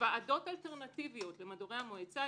ועדות אלטרנטיביות במדורי המועצה,